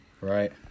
Right